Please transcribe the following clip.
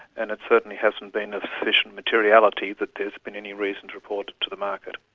and it certainly hasn't been of sufficient materiality that there has been any reason to report it to the market.